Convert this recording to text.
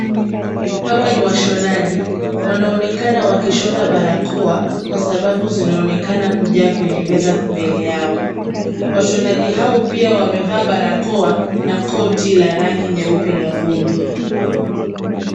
Hawa ni washonaji. Wanaonekana wakishona barakoa kwa sababu zinaonekana kujaa kwenye meza mbele yao. Washonaji hao pia wamevaa barakoa na koti la rangi nyeupe la vumbi.